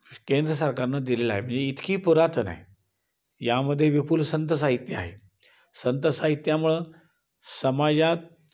केंद्र सरकारनं दिलेला आहे म्हणजे इतकी पुरातन आहे यामध्ये विपुल संत साहित्य आहे संत साहित्यामुळं समाजात